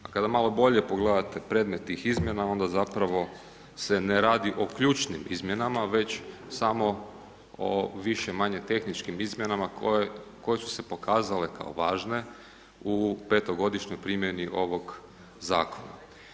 A kada malo bolje pogledate predmet tih izmjena onda zapravo se ne radi o ključnim izmjenama već samo o više-manje tehničkim izmjenama koje su se pokazale kao važne u 5.to godišnjoj primjeni ovog zakona.